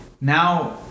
now